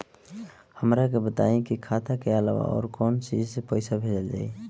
हमरा के बताई की खाता के अलावा और कौन चीज से पइसा भेजल जाई?